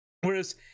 Whereas